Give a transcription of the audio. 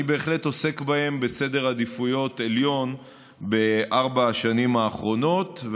אני בהחלט עוסק בהם בסדר עדיפויות עליון בארבע השנים האחרונות,